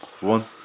one